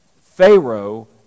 Pharaoh